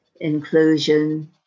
inclusion